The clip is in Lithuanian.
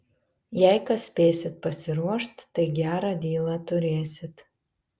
jei kas spėsit pasiruošt tai gerą dylą turėsit